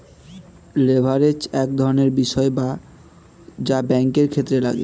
leverage এক ধরনের বিষয় যা ব্যাঙ্কের ক্ষেত্রে লাগে